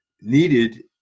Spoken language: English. needed